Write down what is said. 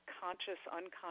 conscious-unconscious